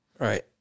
Right